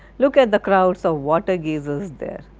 look at the crowds of water-gazers there.